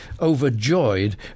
overjoyed